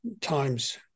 times